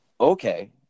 okay